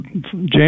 James